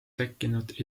tekkinud